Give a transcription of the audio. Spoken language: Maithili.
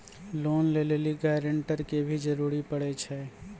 लोन लै लेली गारेंटर के भी जरूरी पड़ै छै?